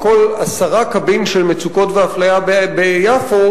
מכל עשרה קבין של מצוקות ואפליה ביפו,